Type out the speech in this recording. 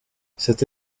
cette